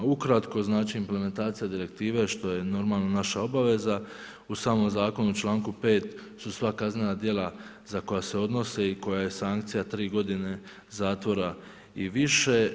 Ukratko znači implementacija direktive što je normalno naša obaveza u samom zakonu u članku 5. su sva kaznena djela za koja se odnose i koja je sankcija tri godine zatvora i više.